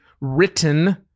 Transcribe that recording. written